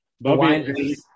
bobby